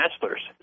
bachelor's